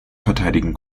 verteidigen